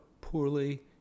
poorly